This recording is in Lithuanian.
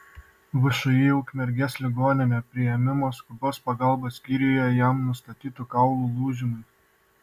všį ukmergės ligoninė priėmimo skubios pagalbos skyriuje jam nustatyti kaulų lūžimai